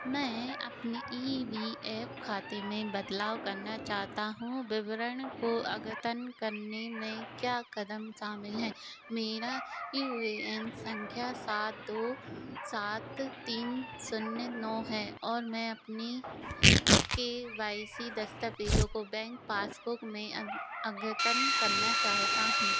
मैं अपने E V F खाते में बदलाव करना चाहता हूँ विवरण को अद्यतन करने में क्या कदम शामिल हैं मेरा यू ए एन संख्या सात दो सात तीन शून्य नौ है और मैं अपने के वाई सी दस्तावेज़ों को बैंक पासबुक में अद्यतन करना चाहता हूँ